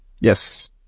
Yes